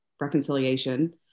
reconciliation